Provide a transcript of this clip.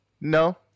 No